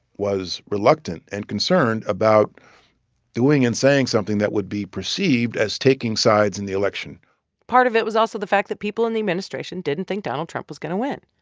was reluctant and concerned about doing and saying something that would be perceived as taking sides in the election part of it was also the fact that people in the administration didn't think donald trump was going to win.